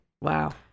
wow